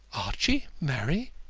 archie marry!